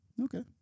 Okay